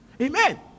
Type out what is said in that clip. Amen